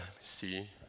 See